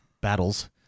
battles